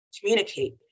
communicate